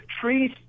trees